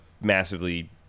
massively